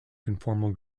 conformal